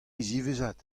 ziwezhat